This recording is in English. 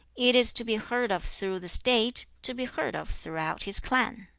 it is to be heard of through the state, to be heard of throughout his clan